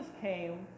came